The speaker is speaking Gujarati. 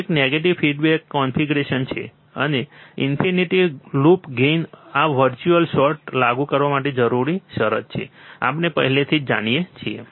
એક નેગેટિવ ફિડબેક કન્ફિગરેશન છે અને ઈન્ફિનિટ લૂપ ગેઇન આ વર્ચ્યુઅલ શોર્ટ લાગુ કરવા માટે જરૂરી શરત છે આપણે પહેલાથી જ જાણીએ છીએ